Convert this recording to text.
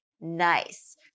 nice